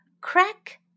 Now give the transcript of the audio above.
Crack